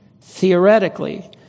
theoretically